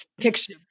picture